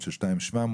של 2.7?